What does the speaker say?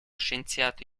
scienziato